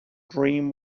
dream